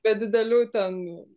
be didelių ten